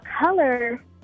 color